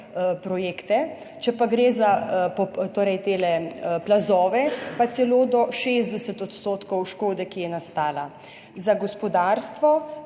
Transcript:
projekte, če pa gre za plazove, pa celo do 60 % škode, ki je nastala. Za gospodarstvo